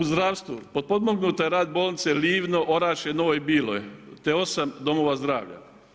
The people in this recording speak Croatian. U zdravstvu, potpomognut je rad bolnice Livno, Orašje, Novoj Biloj te 8 domova zdravlja.